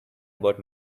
about